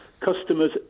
customers